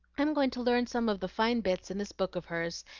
i'm going to learn some of the fine bits in this book of hers,